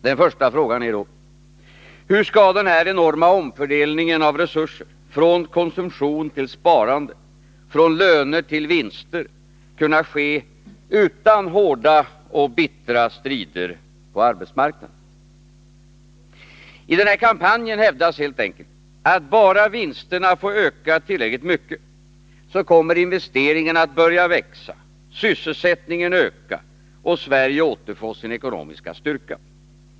Den första frågan är då: Hur skall denna enorma omfördelning av resurser, från konsumtion till sparande, från löner till vinster, kunna ske utan hårda och bittra strider på arbetsmarknaden? I kampanjen hävdas helt enkelt, att bara vinsterna får öka tillräckligt mycket, så kommer investeringarna att börja växa, sysselsättningen öka och Sverige återfå sin ekonomiska styrka.